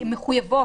שהן מחויבות.